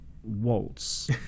waltz